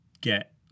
get